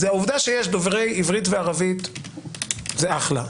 עובדה שיש דוברי עברית וערבית זה אחלה.